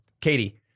Katie